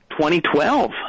2012